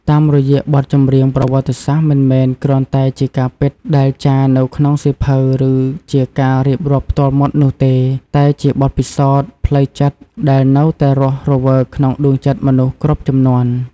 តាមរយៈបទចម្រៀង ប្រវត្តិសាស្ត្រមិនមែនគ្រាន់តែជាការពិតដែលចារនៅក្នុងសៀវភៅ ឬជាការរៀបរាប់ផ្ទាល់មាត់នោះទេ តែជាបទពិសោធន៍ផ្លូវចិត្តដែលនៅតែរស់រវើកក្នុងដួងចិត្តមនុស្សគ្រប់ជំនាន់។